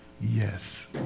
Yes